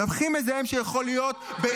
הכי מזהם שיכול להיות -- כמה בורות,